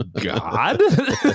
god